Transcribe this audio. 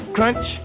Crunch